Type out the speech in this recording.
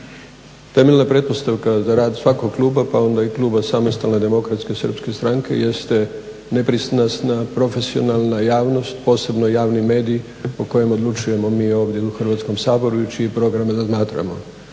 Temeljna pretpostavka za rad svakog kluba pa onda i Kluba Samostalne Demokratske Srpske stranke jeste nepristranost profesionalna javnost posebno javni mediji o kojima odlučujemo mi ovdje u Hrvatskom saboru i čiji program razmatramo.